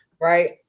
right